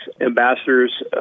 ambassadors